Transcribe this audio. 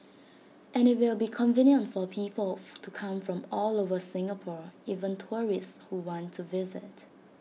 and IT will be convenient for people to come from all over Singapore even tourists who want to visit